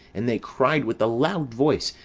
and they cried with a loud voice,